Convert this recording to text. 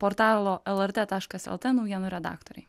portalo lrt taškas lt naujienų redaktoriai